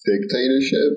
dictatorship